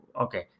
okay